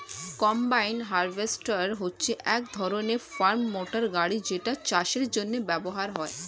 combine harvester হচ্ছে এক ধরণের ফার্ম মোটর গাড়ি যেটা চাষের জন্য ব্যবহার হয়